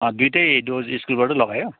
दुइवटा डोज स्कुलबाट लगायो